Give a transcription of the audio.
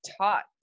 taught